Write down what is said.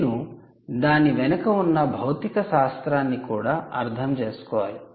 నేను దాని వెనుక ఉన్న భౌతిక శాస్త్రాన్ని కూడా అర్థం చేసుకోవాలి